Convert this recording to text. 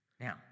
Now